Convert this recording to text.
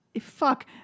fuck